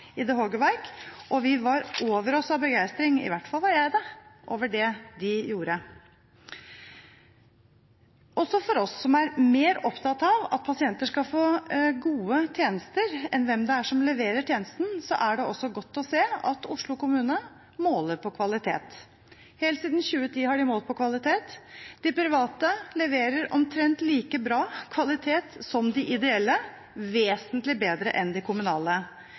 Vi var over oss av begeistring – i hvert fall var jeg det – over det de gjorde der nede. For oss som er mer opptatt av at pasienten skal få gode tjenester enn av hvem som leverer tjenesten, er det godt å se at Oslo kommune måler på kvalitet. Helt siden 2010 har de målt på kvalitet. De private leverer omtrent like bra kvalitet som de ideelle og vesentlig bedre enn de kommunale.